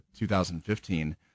2015